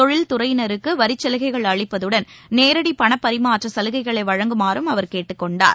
கொழில் துறையினருக்குவரிச்சலுகைகள் அளிப்பதுடன் நேரடிபணப்பரிமாற்றசலுகைகளைவழங்குமாறும் அவர் கேட்டுக் கொண்டுள்ளார்